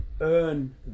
earn